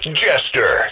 jester